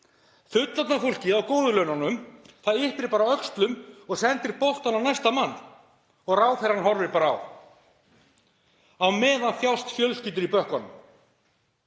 Fullorðna fólkið á góðu laununum, það yppir bara öxlum og sendir boltann á næsta mann og ráðherrann horfir bara á. Á meðan þjást fjölskyldur í Bökkunum.